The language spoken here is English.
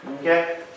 okay